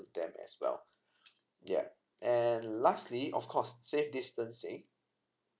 to them as well yup and lastly of course safe distancing